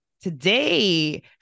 today